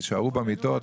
תישארו במיטות,